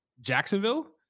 Jacksonville